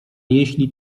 jeśli